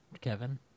Kevin